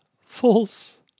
false